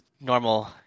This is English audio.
normal